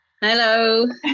hello